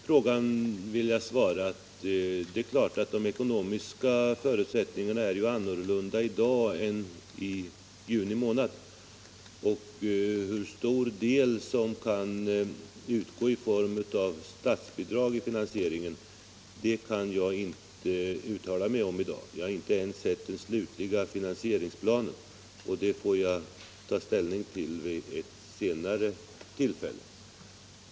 Herr talman! På den senaste frågan vill jag svara, att det är klart att de ekonomiska förutsättningarna är helt annorlunda i dag än i juni, och hur stor del som kan utgå i form av statsbidrag vid finansieringen kan jag inte uttala mig om nu. Jag har inte ens sett den slutliga finansieringsplanen. Jag får alltså ta ställning till detta vid ett senare tillfälle.